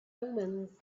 omens